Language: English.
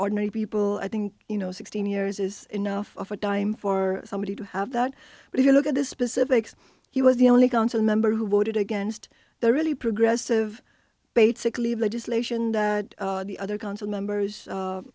ordinary people i think you know sixteen years is enough of a dime for somebody to have that but if you look at the specifics he was the only council member who voted against the really progressive basically legislation that the other council members